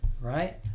right